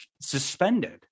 suspended